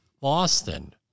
Boston